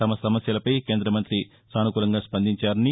తమ సమస్యలపై కేంద్ర మంతి సానుకూలంగా స్పందించారని